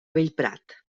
bellprat